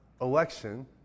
election